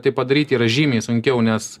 tai padaryti yra žymiai sunkiau nes